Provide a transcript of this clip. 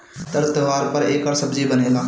तर त्योव्हार पर एकर सब्जी बनेला